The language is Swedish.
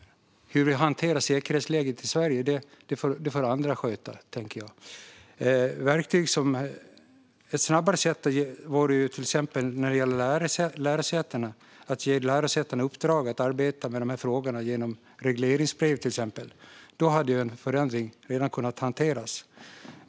Hur vi hanterar säkerhetsläget i Sverige får andra sköta, tänker jag. När det gäller lärosätena vore ett snabbare sätt till exempel att genom regleringsbrev ge lärosätena i uppdrag att arbeta med dessa frågor. Då hade en förändring redan kunnat hanteras.